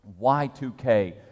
Y2K